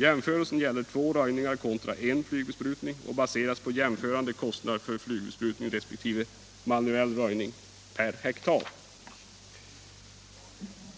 Jämförelsen gäller två röjningar kontra en flygbesprutning och baseras på jämförande kostnader för flygbesprutning resp. manuell röjning per hektar.